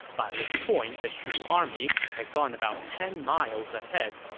by which point the shu army had gone about ten miles ahead.